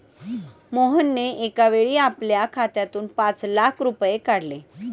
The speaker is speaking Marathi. मोहनने एकावेळी आपल्या खात्यातून पाच लाख रुपये काढले